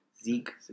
Zeke